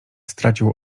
stracił